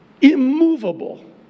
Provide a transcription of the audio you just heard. immovable